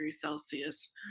Celsius